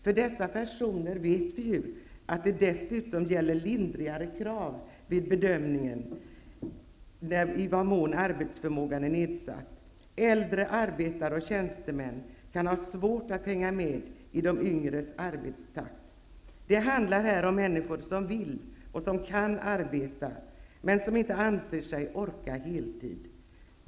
För dessa personer vet vi ju att lindrigare krav dessutom gäller vid bedömningen av i vad mån arbetsförmågan är nedsatt. Äldre arbetare och tjänstemän kan ha svårt att hänga med i de yngres arbetstakt. Det handlar här om människor som vill och som kan arbeta, men som inte anser sig orka heltid.